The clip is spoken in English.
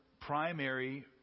primary